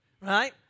right